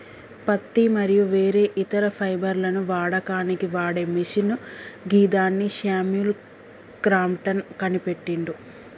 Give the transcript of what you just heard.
పత్తి మరియు వేరే ఇతర ఫైబర్లను వడకడానికి వాడే మిషిన్ గిదాన్ని శామ్యుల్ క్రాంప్టన్ కనిపెట్టిండు